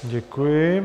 Děkuji.